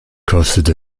kostet